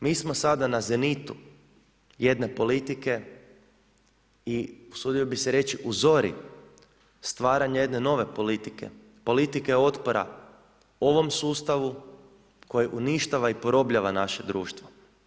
Mi smo sada na zenitu jedne politike i usudio bih se reći u zori stvaranja jedne nove politike, politike otpora ovom sustavu koji uništava i porobljava naše društvo.